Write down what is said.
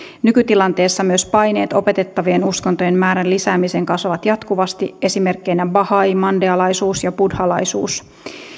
nykytilanteessa myös paineet opetettavien uskontojen määrän lisäämiseen kasvavat jatkuvasti esimerkkeinä bahai mandealaisuus ja buddhalaisuus